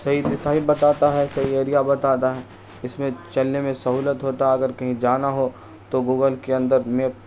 صحیح صحیح بتاتا ہے صحیح ایریا بتاتا ہے اس میں چلنے میں سہولت ہوتا ہے اگر کہیں جانا ہو تو گوگل کے اندر میپ